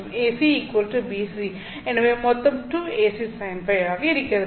மற்றும் AC BC எனவே மொத்தம் 2AC sin φ ஆக இருக்க இருக்கிறது